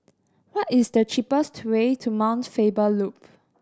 what is the cheapest to way to Mount Faber Loop